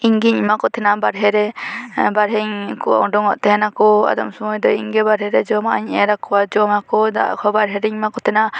ᱤᱧ ᱜᱮᱧ ᱮᱢᱟ ᱠᱚ ᱛᱟᱦᱮᱱᱟ ᱵᱟᱨᱦᱮ ᱨᱮ ᱵᱟᱨᱦᱮ ᱠᱚ ᱚᱰᱚᱝᱼᱚᱜ ᱛᱟᱦᱮᱸ ᱱᱟᱠᱚ ᱮᱫᱚᱢ ᱥᱚᱢᱚᱭ ᱫᱚ ᱤᱧᱜᱮ ᱵᱟᱨᱦᱮ ᱨᱮ ᱡᱚᱢᱟᱜ ᱤᱧ ᱮᱨ ᱟᱠᱚᱣᱟ ᱡᱚᱢ ᱟᱠᱚ ᱫᱟᱜ ᱦᱚᱸ ᱵᱟᱨᱦᱮ ᱨᱮᱧ ᱮᱢᱟ ᱠᱚ ᱛᱟᱦᱮᱱᱟ